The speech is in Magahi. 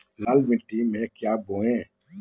लाल मिट्टी क्या बोए?